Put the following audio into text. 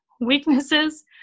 Weaknesses